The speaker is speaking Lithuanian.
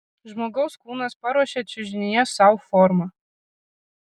žmogaus kūnas paruošia čiužinyje sau formą